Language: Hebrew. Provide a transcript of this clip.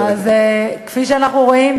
כפי שאנחנו רואים,